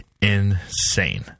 insane